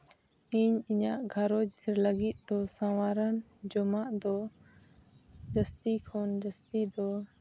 ᱤᱧ ᱤᱧᱟᱹᱜ ᱜᱷᱟᱨᱚᱸᱡᱽ ᱞᱟᱹᱜᱤᱫ ᱫᱚ ᱥᱟᱶᱟ ᱨᱟᱱ ᱡᱚᱢᱟᱜ ᱫᱚ ᱡᱟᱹᱥᱛᱤ ᱠᱷᱚᱱ ᱡᱟᱹᱥᱛᱤ ᱫᱚ